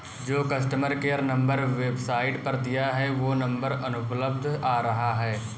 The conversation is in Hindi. जो कस्टमर केयर नंबर वेबसाईट पर दिया है वो नंबर अनुपलब्ध आ रहा है